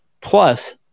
Plus